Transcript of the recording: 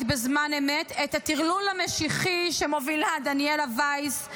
ב"זמן אמת" את הטרלול המשיחי שמובילה דניאלה וייס,